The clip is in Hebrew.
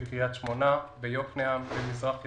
בקריית שמונה, ביוקנעם, במזרח ירושלים.